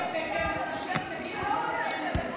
שלא רוצה לשבת פה.